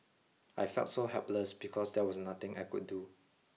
I felt so helpless because there was nothing I could do